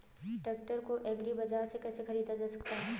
Tractor को agri बाजार से कैसे ख़रीदा जा सकता हैं?